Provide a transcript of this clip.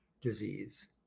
disease